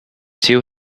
two